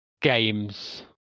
games